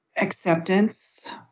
acceptance